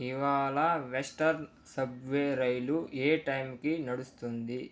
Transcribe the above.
ఇవాళ western subway rail ఏ టైంకి నడుస్తుంది